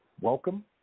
Welcome